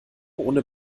ohne